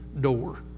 door